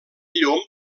llom